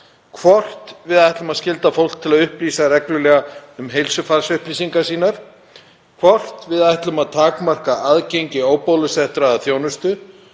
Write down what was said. hvort við ætlum að skylda fólk til að upplýsa reglulega um heilsufarsupplýsingar sínar, hvort við ætlum að takmarka aðgengi óbólusettra að þjónustu,